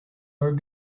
are